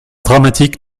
dramatique